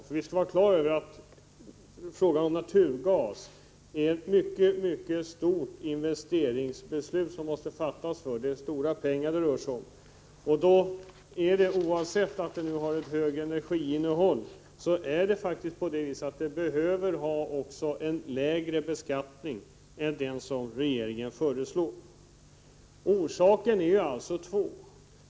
Och vi skall ha klart för oss att vi i fråga om naturgasen har att fatta beslut om utomordentligt stora investeringar. Även om naturgasen har ett högre energiinnehåll än vissa andra bränslen krävs att vi här inför en lägre beskattning än den som regeringen föreslår. Orsakerna till detta är två.